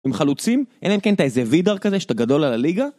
עם חלוצים? אלא אם כן אתה איזה וידר כזה שאתה גדול על הליגה?